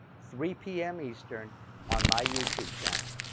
three p m. eastern on my youtube channel.